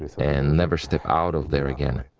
and never step out of there again.